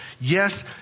Yes